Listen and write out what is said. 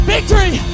Victory